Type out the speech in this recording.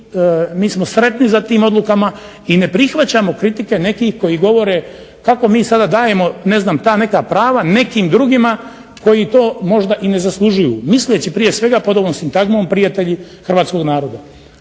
mi smo sretni za tim odlukama i ne prihvaćamo kritike nekih koji govore kako mi sada dajemo ne znam ta neka prava nekim drugima koji to možda i ne zaslužuju, misleći prije svega pod ovom sintagmom prijatelji hrvatskog naroda.